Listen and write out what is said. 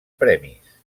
premis